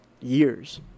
years